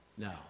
No